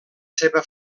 seva